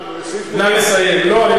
נא לסיים.